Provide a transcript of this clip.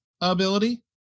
ability